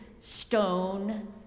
stone